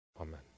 amen